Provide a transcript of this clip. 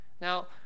Now